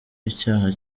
icyaha